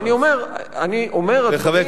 חבר הכנסת חנין,